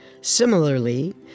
Similarly